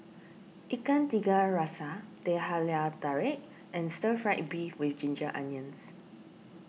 Ikan Tiga Rasa Teh Halia Tarik and Stir Fried Beef with Ginger Onions